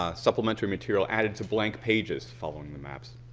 ah supplementary material added to blank pages following the maps.